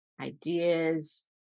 ideas